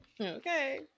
Okay